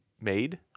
made